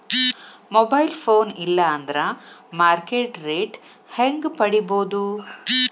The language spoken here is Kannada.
ಮೊಬೈಲ್ ಫೋನ್ ಇಲ್ಲಾ ಅಂದ್ರ ಮಾರ್ಕೆಟ್ ರೇಟ್ ಹೆಂಗ್ ಪಡಿಬೋದು?